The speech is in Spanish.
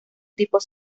tipos